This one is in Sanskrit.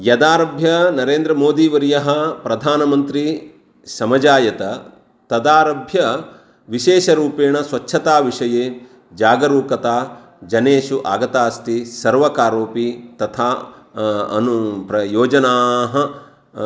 यदारभ्य नरेन्द्रमोदीवर्यः प्रधानमन्त्री समजायत तदारभ्य विशेषरूपेण स्वच्छताविषये जागरूकता जनेषु आगता अस्ति सर्वकारोपि तथा अनु प्रयोजनाः